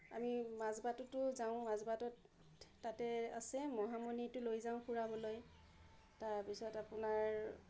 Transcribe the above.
আমি মাজবাটতো যাওঁ মাজবাটত তাতে আছে মহামুনিতো লৈ যাওঁ ফুৰাবলৈ তাৰ পিছত আপোনাৰ